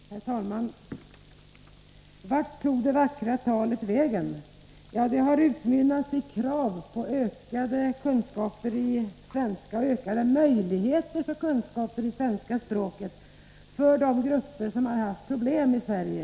Herr talman! Vart tog det vackra talet vägen? frågar Olle Aulin. Ja, det har utmynnat i krav på ökade kunskaper i svenska och ökade möjligheter att tillägna sig kunskaper i svenska språket för de grupper som haft problem i Sverige.